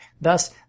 Thus